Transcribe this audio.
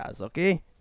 Okay